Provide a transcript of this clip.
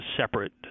separate